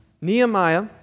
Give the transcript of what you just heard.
Nehemiah